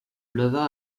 leva